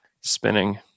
Spinning